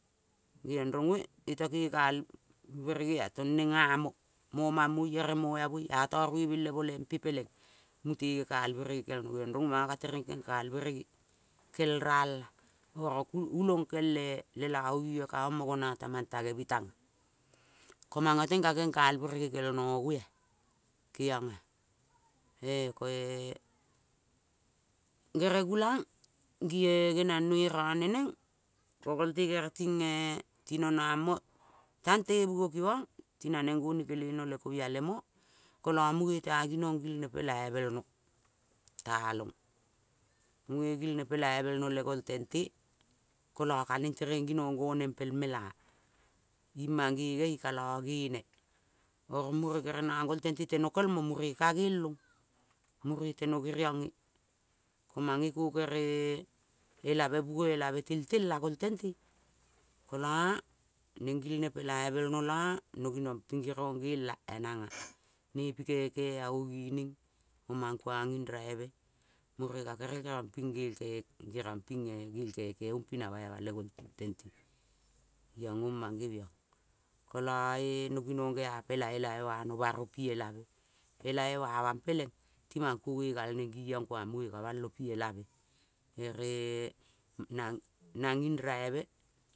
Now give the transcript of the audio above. Geiong rong ue ioto kekal berege ea tong neng nga mo momangmoi ere moiamoi ata ruebeng me lempe peleng mute ka gekal berege kel no rong oi mongo ka tereng konkal berege kel ral ea oro gulong kel e lelabu kaong mo gina ka mang tenge me tare ea. Ko mongo teng ka kenkal kenkal berege kel no ngo ea geiong ea. Ee ko ee kere gulang ngi ngenangnoi rone neng, ko gol te kere ting e ti no nong mo, tebungo kimong ti na neng goni kele no le kobia le mo kolo munge ta ginong gilne polailbe no talong munge, gilne polaibe no ie gol tente kolo ka neng tereng ginong goneng pel mela. Nging mangenge ka lo gene ko mure kere nongol tente tenokelmo mure ka gek ong mure leno genonge, ko mange ko kere-e elabe munge elabe leltel ea goltenle kolo neng gilne polailbelno kolo no ginong ping ginong gel ea nangea gel ea nangea nepi keke ango ngining mo mang kuang nging raibemore ka gerel genong ping gel geriong ping gel keke ong pina baima le gol tente iong ong mangebiong. Kolo e no sinong sea elabe ba no baro pi elabe. Elabe bamang peleng ti mang kuongoi gal neng ngi ong kuang munge ka balopi elabe. Eree nang ging vaibe